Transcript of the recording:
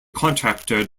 contractor